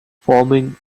farming